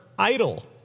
idle